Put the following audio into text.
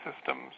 systems